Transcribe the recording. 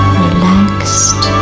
relaxed